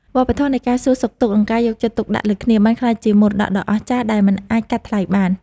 វប្បធម៌នៃការសួរសុខទុក្ខ និងការយកចិត្តទុកដាក់លើគ្នា បានក្លាយជាមរតកដ៏អស្ចារ្យដែលមិនអាចកាត់ថ្លៃបាន។